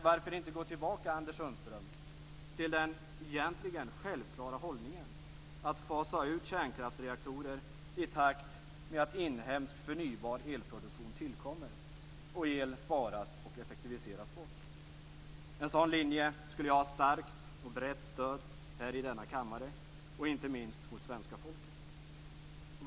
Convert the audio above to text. Varför inte gå tillbaka, Anders Sundström, till den egentligen självklara hållningen att fasa ut kärnkraftsreaktorer i takt med att inhemsk förnybar elproduktion tillkommer och att el sparas och effektiviseras bort? En sådan linje skulle få starkt och brett stöd här i denna kammare - och inte minst hos svenska folket.